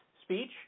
speech